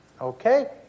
Okay